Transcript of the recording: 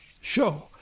show